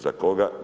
Za koga?